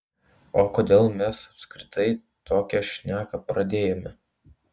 o kodėl mes apskritai tokią šneką pradėjome